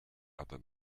other